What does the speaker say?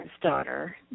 daughter